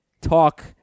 talk